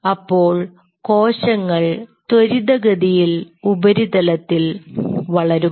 അപ്പോൾ കോശങ്ങൾ ത്വരിത ഗതിയിൽ ഉപരിതലത്തിൽ വളരും